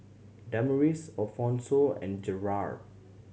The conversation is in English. Damaris Alphonso and Jerald